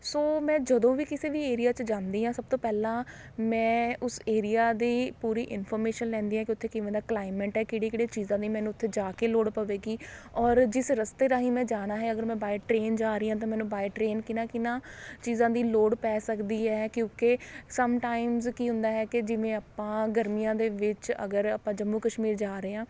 ਸੋ ਮੈਂ ਜਦੋਂ ਵੀ ਕਿਸੇ ਵੀ ਏਰੀਆ 'ਚ ਜਾਂਦੀ ਹਾਂ ਸਭ ਤੋਂ ਪਹਿਲਾਂ ਮੈਂ ਉਸ ਏਰੀਆ ਦੀ ਪੂਰੀ ਇਨਫੋਰਮੇਸ਼ਨ ਲੈਂਦੀ ਹੈ ਕਿ ਉੱਥੇ ਕਿਵੇਂ ਦਾ ਕਲਾਇਮੈਂਟ ਹੈ ਕਿਹੜੀ ਕਿਹੜੀਆਂ ਚੀਜ਼ਾਂ ਦੀ ਮੈਨੂੰ ਉੱਥੇ ਜਾ ਕੇ ਲੋੜ ਪਵੇਗੀ ਔਰ ਜਿਸ ਰਸਤੇ ਰਾਹੀ ਮੈਂ ਜਾਣਾ ਹੈ ਅਗਰ ਮੈਂ ਬਾਏ ਟ੍ਰੇਨ ਜਾ ਰਹੀ ਹਾਂ ਤਾਂ ਮੈਨੂੰ ਬਾਏ ਟ੍ਰੇਨ ਕਿਨਹਾ ਕਿਨਹਾ ਚੀਜ਼ਾਂ ਦੀ ਲੋੜ ਪੈ ਸਕਦੀ ਹੈ ਕਿਉਂਕਿ ਸਮ ਟਾਈਮਸ ਕੀ ਹੁੰਦਾ ਹੈ ਕਿ ਜਿਵੇਂ ਆਪਾਂ ਗਰਮੀਆਂ ਦੇ ਵਿੱਚ ਅਗਰ ਆਪਾਂ ਜੰਮੂ ਕਸ਼ਮੀਰ ਜਾ ਰਹੇ ਹਾਂ